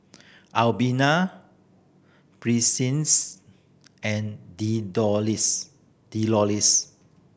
Albina and Delois